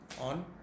on